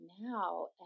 now